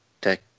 tech